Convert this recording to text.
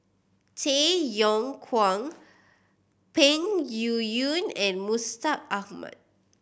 Tay Yong Kwang Peng Yuyun and Mustaq Ahmad